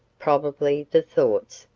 probably, the thoughts,